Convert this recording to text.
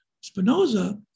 Spinoza